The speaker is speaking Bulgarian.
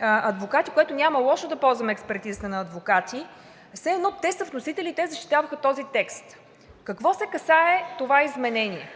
адвокати, което – няма лошо да ползваме експертизата на адвокати, все едно те са вносители, те защитаваха този текст. В какво се касае това изменение?